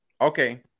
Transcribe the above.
Okay